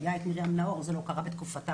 אבל זה לא קרה בתקופתה